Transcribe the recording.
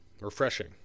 refreshing